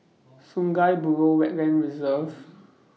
Sungei Buloh Wetland Reserve